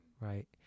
right